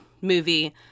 movie